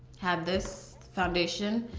had this foundation.